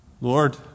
Lord